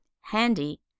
handy